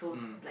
mm